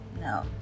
No